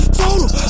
total